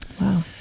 Wow